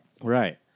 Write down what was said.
Right